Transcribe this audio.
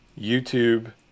YouTube